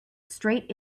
straight